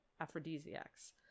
aphrodisiacs